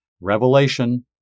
Revelation